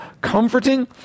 comforting